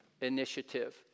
initiative